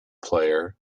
player